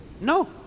No